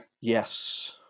Yes